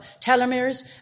telomeres